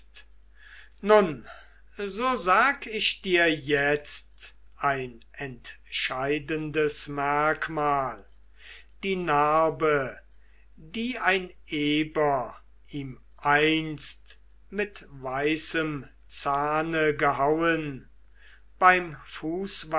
nun so sag ich dir jetzt ein entscheidendes merkmal die narbe die ein eber ihm einst mit weißem zahne gehauen beim